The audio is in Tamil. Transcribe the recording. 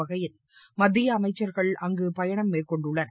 வகையில் மத்திய அமைச்சர்கள் அங்கு பயணம் மேற்கொண்டுள்ளனர்